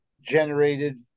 generated